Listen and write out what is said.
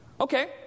okay